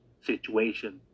situation